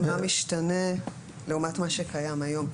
ולהסביר מה משתנה לעומת מה שקיים היום,